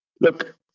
Look